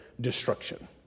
destruction